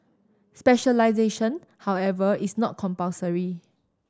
specialisation however is not compulsory